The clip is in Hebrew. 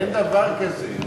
אין דבר כזה.